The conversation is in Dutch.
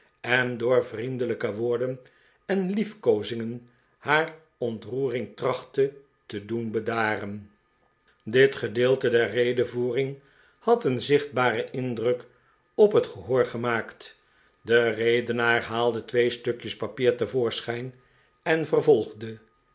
en door vriendelijke woorden en liefkoozingen haar ontroering trachtte te doen bedaren dit gedeelte der redevoering had een zichtbaren indruk op het gehoor gemaakt de redenaar haalde twee stukjes papier te voorschijn en vervolgde